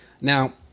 Now